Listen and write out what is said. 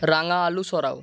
রাঙা আলু সরাও